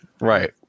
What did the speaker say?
Right